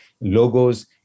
logos